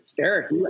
Eric